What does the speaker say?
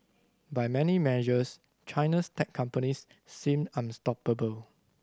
by many measures China's tech companies seem unstoppable